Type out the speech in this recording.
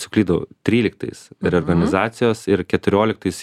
suklydau tryliktais reorganizacijos ir keturioliktais